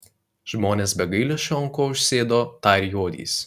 žmonės be gailesčio ant ko užsėdo tą ir jodys